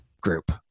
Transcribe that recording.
group